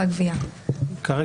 ודבר